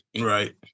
Right